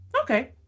okay